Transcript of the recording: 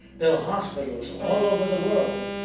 build hospitals all over the world,